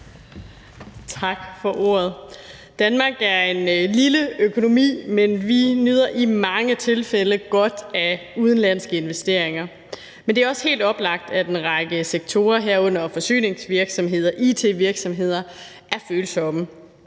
Tak for ordet. Danmark er en lille økonomi, men vi nyder i mange tilfælde godt af udenlandske investeringer. Men det er også helt oplagt, at en række sektorer, herunder forsyningsvirksomheder og it-virksomheder, er følsomme.